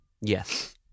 Yes